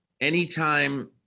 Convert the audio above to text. anytime